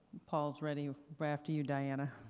paul is ready, but after you diana.